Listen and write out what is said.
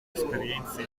esperienze